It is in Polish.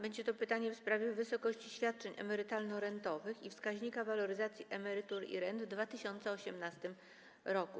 Będzie to pytanie w sprawie wysokości świadczeń emerytalno-rentowych i wskaźnika waloryzacji emerytur i rent w 2018 r.